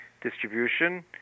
distribution